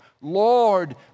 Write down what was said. Lord